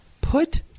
put